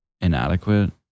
inadequate